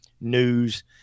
news